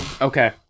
Okay